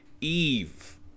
Eve